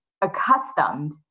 accustomed